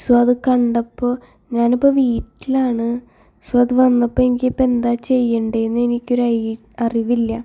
so അത് കണ്ടപ്പോൾ ഞാനിപ്പോൾ വീട്ടിലാണ് സൊ അത് വന്നപ്പോൾ എനിക്ക് ഇപ്പോൾ എന്താ ചെയ്യേണ്ടത് എന്ന് എനിക്കൊരു ഐ അറിവില്ല